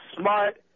smart